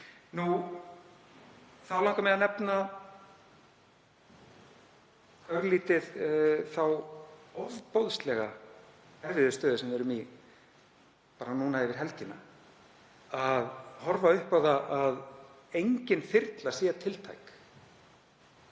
Þá langar mig að nefna örlítið þá ofboðslega erfiðu stöðu sem við erum í núna yfir helgina, að horfa upp á það að engin þyrla sé tiltæk.